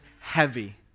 heavy